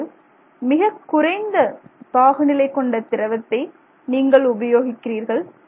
இப்போது மிகக் குறைந்த பாகுநிலை கொண்ட திரவத்தை நீங்கள் உபயோகிக்கிறீர்கள்